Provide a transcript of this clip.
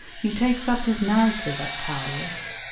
he takes up his narrative at tauris,